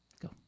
Go